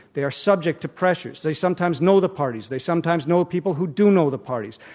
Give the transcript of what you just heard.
they are subject to pressures. they sometimes know the parties. they sometimes know people who do know the parties.